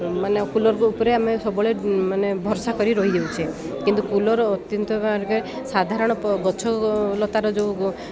ମାନେ କୁଲର ଉପରେ ଆମେ ସବୁବେଳେ ମାନେ ଭର୍ସା କରି ରହିଯାଉଛେ କିନ୍ତୁ କୁଲର ଅତ୍ୟନ୍ତକ ସାଧାରଣ ଗଛ ଲତାର ଯେଉଁ